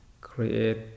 create